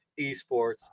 Esports